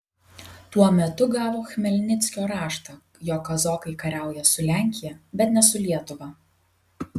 tuo metu gavo chmelnickio raštą jog kazokai kariauja su lenkija bet ne su lietuva